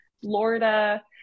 Florida